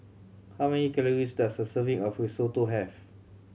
how many calories does a serving of Risotto have